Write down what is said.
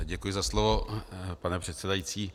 Děkuji za slovo, pane předsedající.